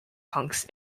punks